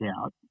out